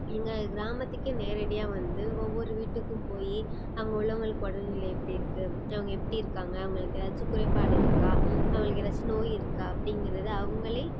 எங்கள் கிராமத்துக்கே நேரடியாக வந்து ஒவ்வொரு வீட்டுக்கும் போய் அங்க உள்ளவங்களுக்கு உடல் நிலை எப்படி இருக்குது அவங்க எப்படி இருக்காங்க அவங்களுக்கு ஏதாச்சும் குறைபாடு இருக்கா அவங்களுக்கு ஏதாச்சும் நோய் இருக்கா அப்படிங்கிறத அவங்களே